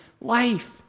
life